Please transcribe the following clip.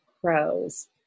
crows